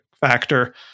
factor